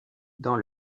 dans